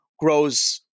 grows